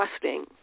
trusting